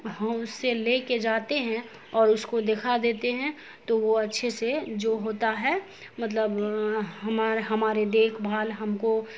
اس سے لے کے جاتے ہیں اور اس کو دکھا دیتے ہیں تو وہ اچھے سے جو ہوتا ہے مطلب ہمارے دیکھ بھال ہم کو